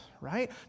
right